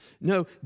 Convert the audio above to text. No